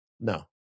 No